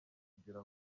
kugira